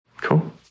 Cool